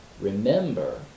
remember